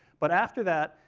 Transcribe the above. but after that,